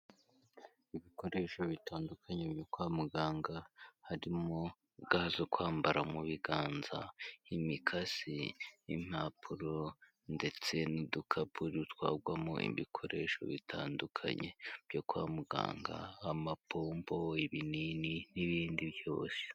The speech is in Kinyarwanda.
Ibikoresho bitandukanye byo kwa muganga harimo gants zo kwambara mu biganza imikasi n'impapuro ndetse n'udukapu dutwarwamo ibikoresho bitandukanye byo kwa muganga amapopo ibinini n'ibindi byose.